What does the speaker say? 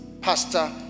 Pastor